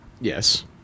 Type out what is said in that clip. Yes